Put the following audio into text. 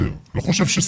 חושב.